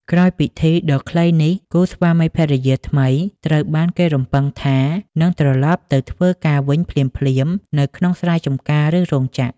ក្រោយពិធីដ៏ខ្លីនេះ គូស្វាមីភរិយាថ្មីត្រូវបានគេរំពឹងថានឹងត្រឡប់ទៅធ្វើការវិញភ្លាមៗនៅក្នុងស្រែចម្ការឬរោងចក្រ។